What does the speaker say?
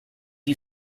you